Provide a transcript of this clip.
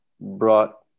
brought